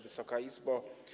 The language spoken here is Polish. Wysoka Izbo!